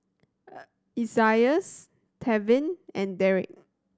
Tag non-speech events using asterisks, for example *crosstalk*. *hesitation* Isaias Tevin and Deric